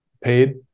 paid